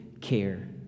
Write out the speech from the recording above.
care